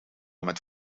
met